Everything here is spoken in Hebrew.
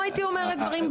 הייתי רוצה